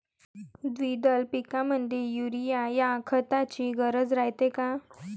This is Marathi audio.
द्विदल पिकामंदी युरीया या खताची गरज रायते का?